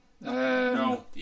No